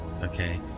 okay